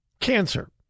Cancer